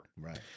right